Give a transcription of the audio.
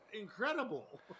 incredible